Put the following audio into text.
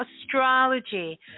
astrology